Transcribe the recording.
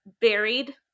buried